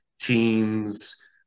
teams